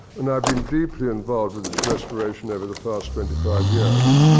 and i've been deeply involved with its restoration over the past twenty five years.